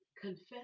confess